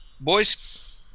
Boys